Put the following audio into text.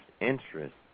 interest